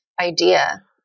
idea